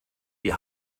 die